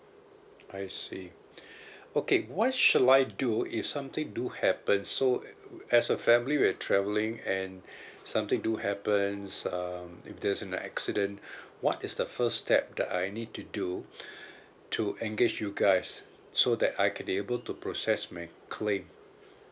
I see okay what should I do if something do happen so as a family we were travelling and something do happens um if there's an accident what is the first step that I need to do to engage you guys so that I can be able to process my claim